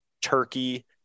turkey